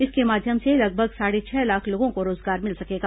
इसके माध्यम से लगभग साढ़े छह लाख लोगों को रोजगार मिल सकेगा